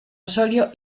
osorio